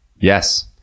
Yes